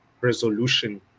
resolution